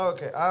Okay